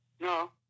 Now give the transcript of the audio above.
No